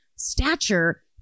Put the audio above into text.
stature